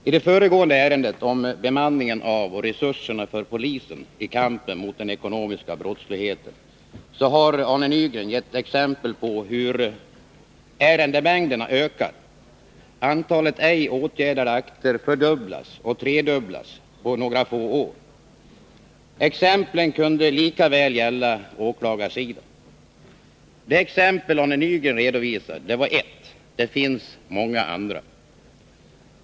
I det föregående ärendet, om bemanningen av och resurserna för polisen i kampen mot den ekonomiska brottsligheten, har Arne Nygren givit exempel på hur ärendemängderna ökar och antalet ej åtgärdade akter fördubblas och tredubblas på några få år. Exemplen kunde lika väl gälla åklagarsidan. Arne Nygren redovisade ett exempel. Det finns många andra.